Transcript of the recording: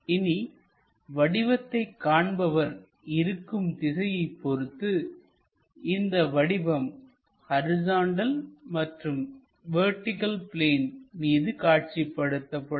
இனி வடிவத்தை காண்பவர் இருக்கும் திசையைப் பொறுத்துஇந்த வடிவம் ஹரிசாண்டல் மற்றும் வெர்டிகள் பிளேன் மீது காட்சிப்படும்